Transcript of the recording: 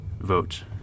vote